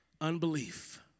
Unbelief